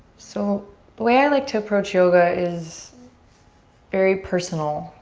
so way i like to approach yoga is very personal,